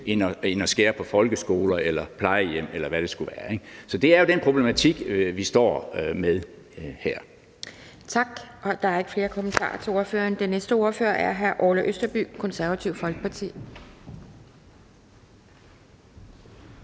end at skære på folkeskoler eller plejehjem, eller hvad det skulle være. Så det er jo den problematik, vi står med her. Kl. 11:57 Anden næstformand (Pia Kjærsgaard): Tak. Der er ikke flere kommentarer til ordføreren. Den næste ordfører er hr. Orla Østerby, Konservative Folkeparti.